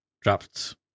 dropped